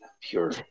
pure